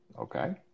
Okay